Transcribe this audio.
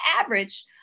average